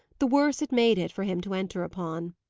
the worse it made it for him to enter upon.